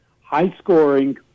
high-scoring